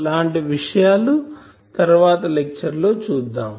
ఇలాంటి విషయాలు తరవాత లెక్చర్ లో చూద్దాం